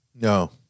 No